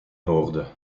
noorden